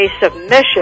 submission